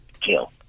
kill